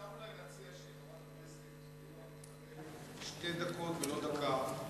אפשר אולי להציע שחברת הכנסת תקבל שתי דקות ולא דקה.